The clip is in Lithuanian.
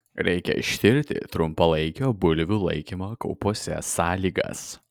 reikia ištirti trumpalaikio bulvių laikymo kaupuose sąlygas